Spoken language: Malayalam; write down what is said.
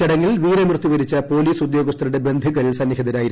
ചടങ്ങിൽ വീരമൃത്യു വരിച്ച പോലീസ് ഉദ്യോഗസ്ഥരുടെ ബന്ധുക്കൾ സന്നിഹിതരായിരുന്നു